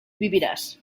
vivirás